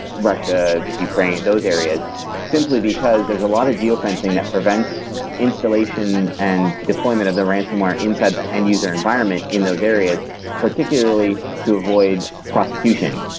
russia, ukraine, those area simply because there's a lot of geo-fencing that prevents installation and deployment of the ransonware inside the end user environment in those area particularly to avoid prosecution.